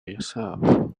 yourself